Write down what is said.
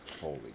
Holy